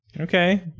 okay